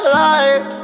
life